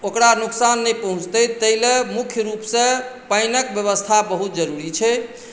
ओकरा नोकसान नहि पहुँचते ताहि लए मुख्य रूपसँ पानिक व्यवस्था बहुत जरूरी छै